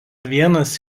vienas